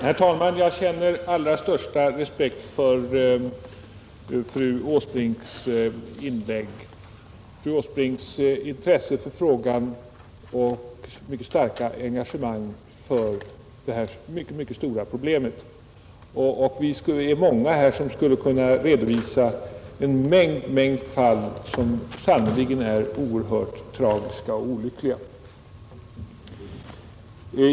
Herr talman! Jag känner allra största respekt för fru Åsbrinks inlägg, hennes starka intresse och engagemang för det här mycket stora problemet. Vi är många här som skulle kunna redovisa en mängd fall som sannerligen är oerhört tragiska och olyckliga.